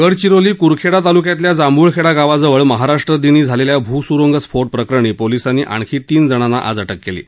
गडचिरोली क्रखेडा तालुक्यातल्या जांभूळखेडा गावाजवळ महाराष्ट्रदिनी झालेल्या भूसुरुंगस्फोटप्रकरणी पोलिसांनी आणखी तीन जणांना अटक केली आहे